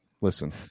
listen